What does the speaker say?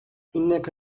إنك